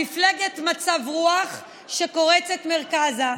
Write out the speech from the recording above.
מפלגת מצב רוח שקורצת מרכזה.